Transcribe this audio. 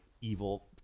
evil